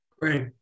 Great